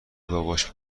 باباش